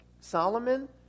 Solomon